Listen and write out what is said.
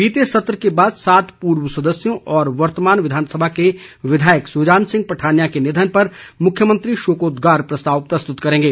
बीते सत्र के बाद सात पूर्व सदस्यों और वर्तमान विधानसभा के विधायक सुजान सिंह पठानिया के निधन पर मुख्यमंत्री शोकोद्गार प्रस्ताव प्रस्तुत करेंगे